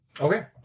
okay